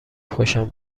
خوشم